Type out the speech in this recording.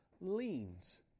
leans